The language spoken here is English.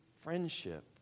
friendship